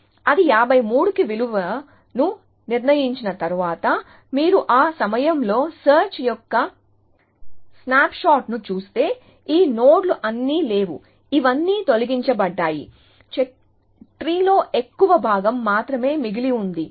అది 53 కి విలువను నిర్ణయించిన తర్వాత మీరు ఆ సమయంలో సెర్చ్ యొక్క స్నాప్ షాట్ను చూస్తే ఈ నోడ్లు అన్నీ లేవు ఇవన్నీ తొలగించబడ్డాయి చెట్టులో ఎక్కువ భాగం మాత్రమే మిగిలి ఉంది